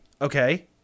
Okay